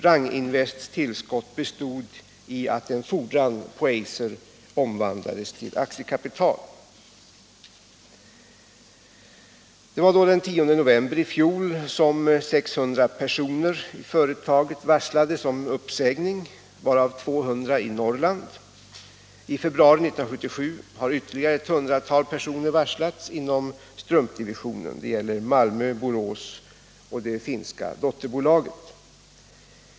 Rang Invests tillskott bestod i att en fordran på Eiser omvandlades till aktiekapital. Den 10 november i fjol varslades 600 personer i företaget om uppsägning, varav 200 i Norrland. I februari 1977 har ytterligare ett hundratal personer inom strumpdivisionen varslats — i Malmö, Borås och det finska dotterbolaget.